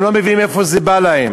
הם לא מבינים מאיפה זה בא להם.